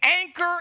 anchor